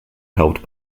helped